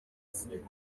z’inka